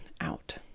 out